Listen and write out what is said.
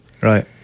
Right